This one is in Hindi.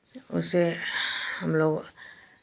उसे हम लोग